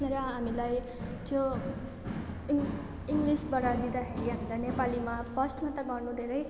र हामीलाई त्यो इङ् इङ्लिसबाट दिँदाखेरि हामीलाई नेपालीमा फर्स्टमा त गर्नु धेरै